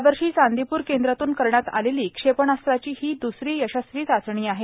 यावर्षी चांदीपूर केंद्रातून करण्यात आलेली क्षेपणास्त्राची ही दुसरी यशस्वी चाचणी आहे